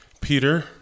Peter